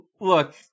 Look